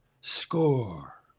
score